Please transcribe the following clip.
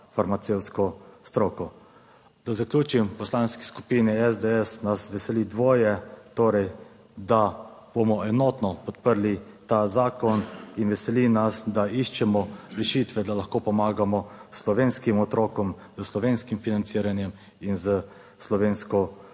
farmacevtsko stroko. Da zaključim. V Poslanski skupini SDS nas veseli dvoje, torej, da bomo enotno podprli ta zakon in veseli nas, da iščemo rešitve, da lahko pomagamo slovenskim otrokom, s slovenskim financiranjem in s slovensko